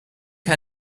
her